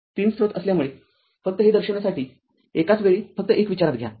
३ स्रोत असल्यामुळे फक्त हे दर्शविण्यासाठी एकाच वेळी फक्त एक विचारात घ्या